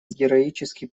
героический